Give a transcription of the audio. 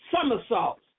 somersaults